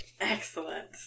Excellent